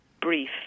brief